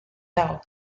dago